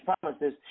promises